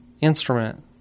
Instrument